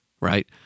right